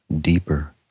deeper